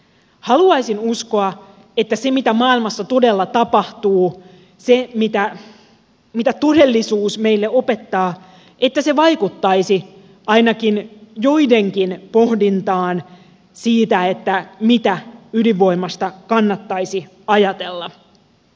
haluaisin uskoa että se mitä maailmassa todella tapahtuu se mitä todellisuus meille opettaa vaikuttaisi ainakin joidenkin pohdintaan siitä mitä ydinvoimasta kannattaisi ajatella